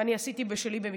ואני עשיתי בשלי במקצת.